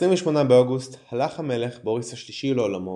ב-28 באוגוסט הלך המלך בוריס השלישי לעולמו